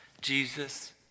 Jesus